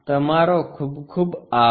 તમારો ખુબ ખુબ આભાર